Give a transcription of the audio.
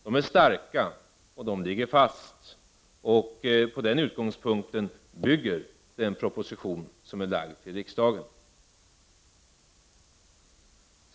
De är starka, och de ligger fast, och på den utgångspunkten bygger den proposition som är framlagd för riksdagen.